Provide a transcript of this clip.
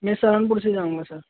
میں سہارنپور سے جاؤں گا سر